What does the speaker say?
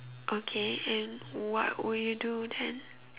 okay and what would you do then